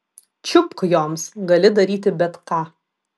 čiupk joms gali daryti bet ką